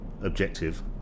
objective